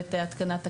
מחייבת התקנת תקנות.